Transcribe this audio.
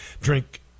drink